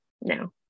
No